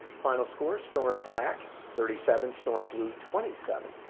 final scores storm black thirty seven storm blue twenty seven.